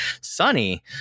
Sunny